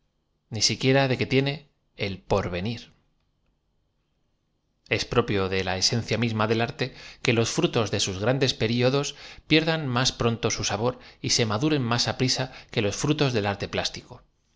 ni siquiera de que tiene el porvenir fis propio de la esencia misma del arce que los frutos de sus grandes periodos pierdan mas pronto su sabor y se maduren más aprisa que los frutos del arte